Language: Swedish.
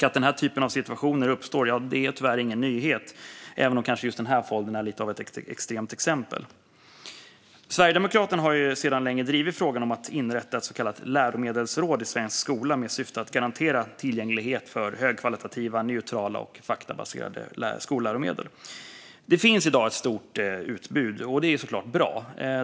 Att den här typen av situationer uppstår är tyvärr ingen nyhet, även om kanske just den här foldern är lite av ett extremt exempel. Sverigedemokraterna har sedan länge drivit frågan om att inrätta ett så kallat läromedelsråd i svensk skola med syfte att garantera tillgänglighet till högkvalitativa, neutrala och faktabaserade skolläromedel. Det finns i dag ett stort utbud, och det är såklart bra.